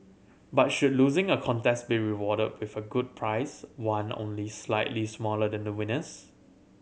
but should losing a contest be rewarded prefer a good prize one only slightly smaller than the winner's